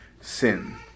sin